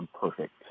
perfect